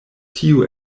tio